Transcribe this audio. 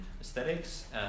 aesthetics